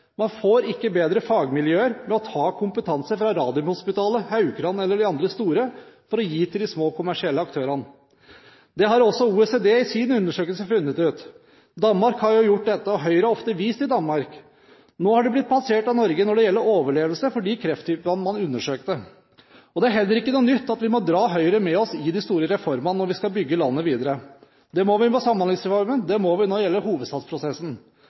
Man får ikke bedre fagmiljøer ved å ta kompetanse fra Radiumhospitalet, Haukeland eller de andre store for å gi til de små kommersielle aktørene. Det har også OECD i sin undersøkelse funnet ut. Danmark har gjort dette, og Høyre har ofte vist til Danmark. Nå har de blitt passert av Norge når det gjelder overlevelse for de krefttypene man undersøkte. Det er heller ikke noe nytt at vi må dra Høyre med oss inn i de store reformene når vi skal bygge landet videre. Det må vi med Samhandlingsreformen, det må vi når det gjelder